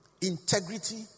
integrity